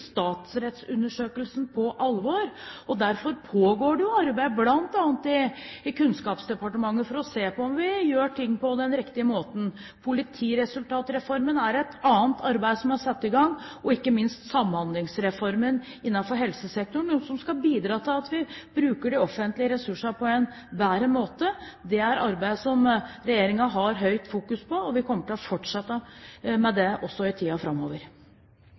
Derfor pågår det jo arbeid bl.a. i Kunnskapsdepartementet, for å se om vi gjør ting på den riktige måten. Politiresultatreformen er et annet arbeid som er satt i gang, og ikke minst Samhandlingsreformen innenfor helsesektoren er noe som skal bidra til at vi bruker de offentlige ressursene på en bedre måte. Det er arbeid som regjeringen har høyt fokus på, og vi kommer til å fortsette med det også i tiden framover.